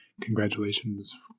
congratulations